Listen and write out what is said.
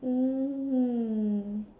mm